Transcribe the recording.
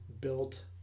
built